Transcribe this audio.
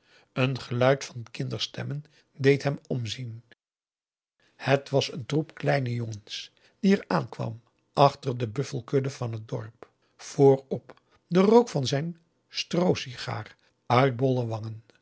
een geluid van kinderstemmen deed hem omzien het was een troep kleine jongens die er aankwam achter de buffelkudde van het dorp voorop den rook van zijn stroosigaar uit bolle wangen